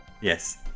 Yes